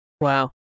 Wow